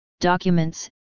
documents